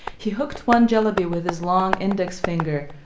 he hooked one jelebi with his long index finger,